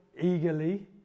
eagerly